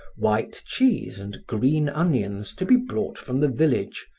white cheese and green onions to be brought from the village,